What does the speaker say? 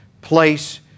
place